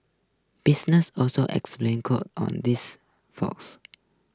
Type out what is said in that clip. businesses also explain on this